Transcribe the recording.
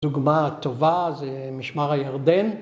‫דוגמה טובה זה משמר הירדן.